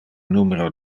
numero